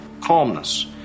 calmness